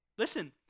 Listen